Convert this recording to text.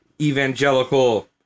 evangelical